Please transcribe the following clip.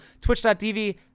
twitch.tv